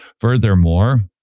Furthermore